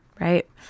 Right